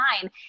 time